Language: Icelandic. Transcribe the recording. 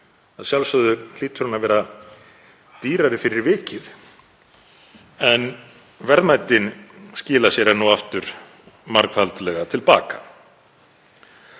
Að sjálfsögðu hlýtur hún að vera dýrari fyrir vikið, en verðmætin skila sér enn og aftur margfaldlega til baka.